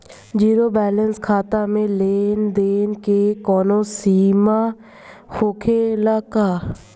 Zero balance खाता में लेन देन के कवनो सीमा होखे ला का?